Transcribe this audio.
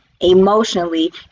emotionally